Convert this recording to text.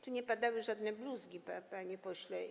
Tu nie padały żadne bluzgi, panie pośle.